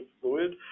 fluid